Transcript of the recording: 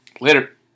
Later